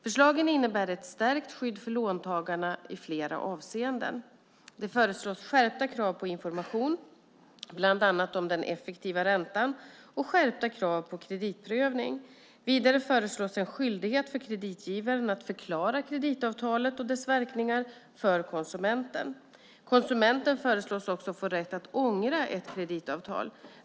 Förslagen innebär ett stärkt skydd för låntagarna i flera avseenden. Det föreslås skärpta krav på information, bland annat om den effektiva räntan, och skärpta krav på kreditprövning. Vidare föreslås en skyldighet för kreditgivaren att förklara kreditavtalet och dess verkningar för konsumenten. Konsumenten föreslås också få rätt att ångra ett kreditavtal.